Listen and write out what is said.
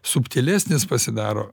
subtilesnis pasidaro